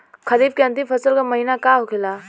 खरीफ के अंतिम फसल का महीना का होखेला?